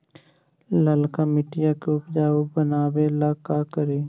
लालका मिट्टियां के उपजाऊ बनावे ला का करी?